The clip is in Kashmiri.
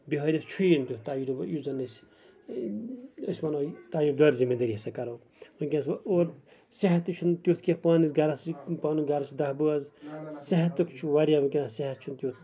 بِہٲرِس چھُ یی نہٕ تیُتھ تَجرُبہٕ یُس زَن أسۍ أسۍ وَنو یہِ زٔمِین دٲری ہسا کرو یہِ وٕنکیٚس گوٚو اور صحت تہِ چھُنہٕ تیُتھ کیٚنہہ پَنٕنِس گرَس چھِ پنُن گرٕ چھِ دہ بٲژ صحتُک چھُ واریاہ وٕنکیٚنس صحت چھُنہٕ تیُتھ